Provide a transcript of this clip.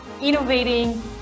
innovating